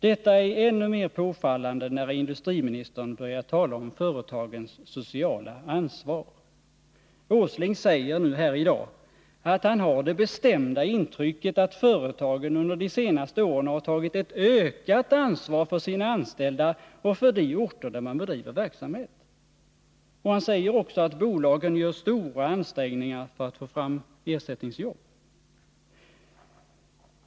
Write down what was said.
Detta är ännu mer påfallande när industriministern börjar tala om företagens sociala ansvar. Nils Åsling säger här i dag, att han ”har det bestämda intrycket att företagen ——— under de senaste åren har tagit ett ökat ansvar för sina anställda och för de orter där man bedriver verksamhet”. Han säger också att bolagen gör stora ansträngningar för att få fram ersättningsjobb.